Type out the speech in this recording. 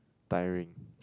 tiring